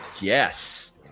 yes